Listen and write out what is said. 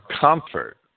comfort